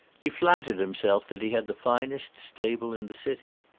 he flattered himself that he had the finest stable in the city.